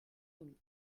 limites